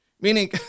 Meaning